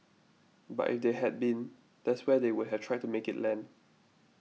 but if they had been that's where they would have tried to make it land